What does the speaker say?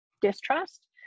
distrust